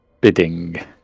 bidding